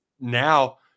now –